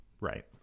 Right